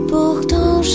Pourtant